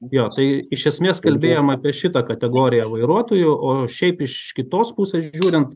jo tai iš esmės kalbėjom apie šitą kategoriją vairuotojų o šiaip iš kitos pusės žiūrint